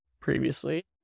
previously